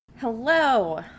Hello